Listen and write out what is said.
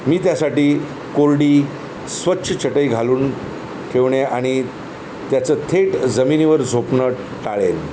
मी त्यासाठी कोरडी स्वच्छ चटई घालून ठेवणे आणि त्याचं थेट जमिनीवर झोपणं टाळेन